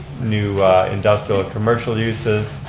new industrial or commercial uses,